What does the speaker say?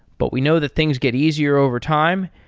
but we know that things get easier overtime,